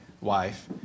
wife